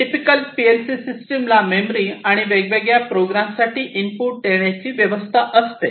typical P L system ला memory आणि वेगवेगळ्या प्रोग्रामसाठी इनपुट देण्याची व्यवस्था असते